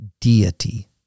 deity